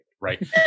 Right